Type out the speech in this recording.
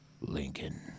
Lincoln